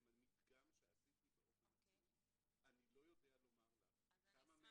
מדגם שעשיתי באופן עצמאי, אני לא יודע לומר לך כמה